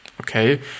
Okay